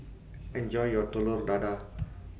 enoy your Telur Dadah